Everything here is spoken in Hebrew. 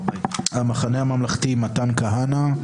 המחנה הממלכתי מתן כהנא,